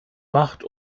macht